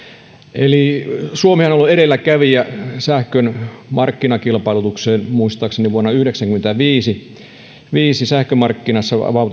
suomihan on ollut edelläkävijä sähkön markkinakilpailutuksessa muistaakseni jo vuonna yhdeksänkymmentäviisi sähkömarkkinat